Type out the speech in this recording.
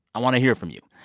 i want to hear from you